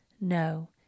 No